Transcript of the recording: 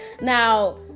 now